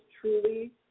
truly